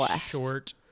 short